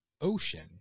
ocean